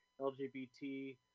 LGBT